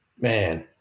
Man